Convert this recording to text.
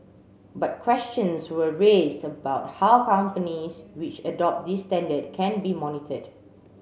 but questions were raised about how companies which adopt this standard can be monitored